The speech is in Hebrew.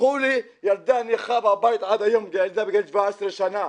הפכו לי ילדה נכה בבית עד היום, ילדה בגיל 17 שנה.